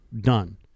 Done